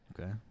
Okay